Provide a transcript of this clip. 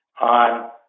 on